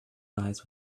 lies